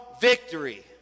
victory